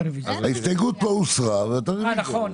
ההסתייגות כבר הוסרה --- אה נכון,